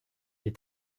est